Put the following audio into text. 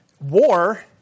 war